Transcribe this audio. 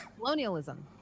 colonialism